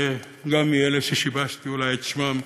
וגם מאלה ששיבשתי אולי את שמם.